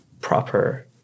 proper